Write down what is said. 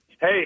Hey